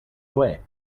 away